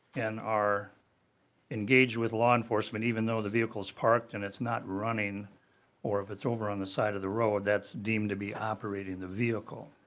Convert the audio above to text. and are engaged with law enforcement even though the vehicle is parked and it's not running or if it's over on the side of the road that deemed to be operating the vehicle.